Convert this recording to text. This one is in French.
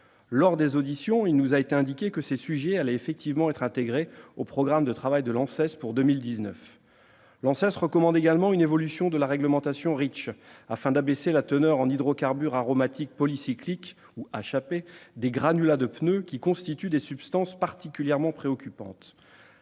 Lors des auditions, il nous a été indiqué que ces sujets allaient effectivement être intégrés au programme de travail de l'ANSES pour 2019. L'Agence recommande également une évolution de la réglementation REACH afin d'abaisser la teneur en hydrocarbures aromatiques polycycliques, ou HAP, des granulats de pneus, qui constituent des substances particulièrement préoccupantes.